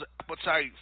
appetite